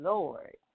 Lord